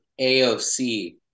AOC